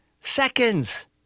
seconds